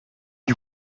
you